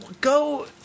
Go